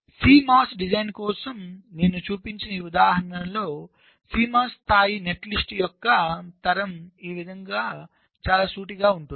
CMOS design కోసం నేను చూపించిన ఈ ఉదాహరణలో CMOS స్థాయి నెట్లిస్ట్ యొక్క తరంఈ విధముగా చాలా సూటిగా ఉంటుంది